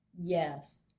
yes